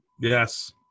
Yes